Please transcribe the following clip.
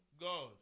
God